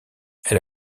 elle